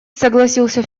согласился